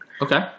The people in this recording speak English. Okay